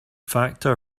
factor